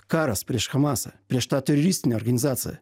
karas prieš hamasą prieš tą teroristinę organizaciją